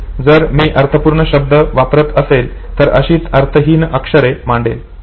असेच जर मी अर्थहीन शब्द वापरत असेल तर अशीच अर्थहीन अक्षरे मांडेल